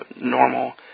normal